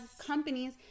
companies